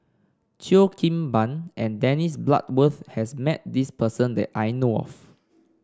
Cheo Kim Ban and Dennis Bloodworth has met this person that I know of